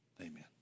Amen